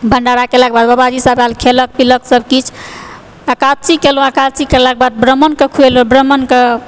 भण्डारा करयके बाद बाबाजी सब आएल खेलक पीलक सब किछु एकादशी केलहुॅं एकादशी केलाके बादमे ब्राम्हणके खुएलहुॅं ब्राम्हण के